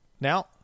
Now